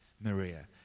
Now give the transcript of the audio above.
Maria